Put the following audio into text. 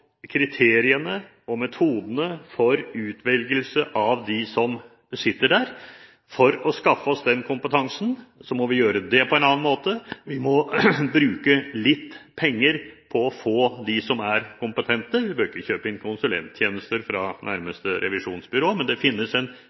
kriteriene og metodene for utvelgelse av dem som sitter der. For å skaffe oss den kompetansen må vi gjøre det på en annen måte. Vi må bruke litt penger på å få dem som er kompetente. Vi behøver ikke kjøpe inn konsulenttjenester fra nærmeste revisjonsbyrå, men det finnes en